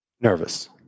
Nervous